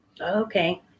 Okay